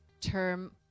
term